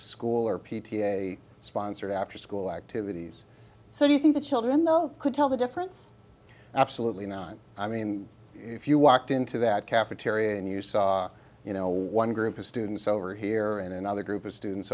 school or p t a sponsored after school activities so you think the children though could tell the difference absolutely not i mean if you walked into that cafeteria and you saw you know one group of students over here and another group of students